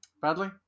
Bradley